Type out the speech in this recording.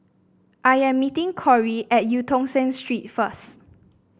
I am meeting Corie at Eu Tong Sen Street first